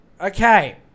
Okay